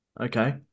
Okay